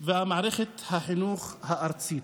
ומערכת החינוך הארצית.